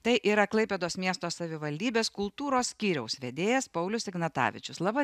tai yra klaipėdos miesto savivaldybės kultūros skyriaus vedėjas paulius ignatavičius laba